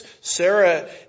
Sarah